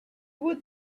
would